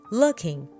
looking